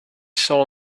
saw